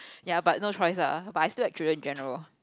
ya but no choice ah but I still like children in general